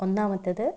ഒന്നാമത്തത്